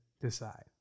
decide